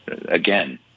again